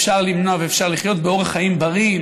אפשר למנוע ואפשר לחיות באורח חיים בריא,